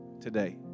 today